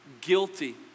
guilty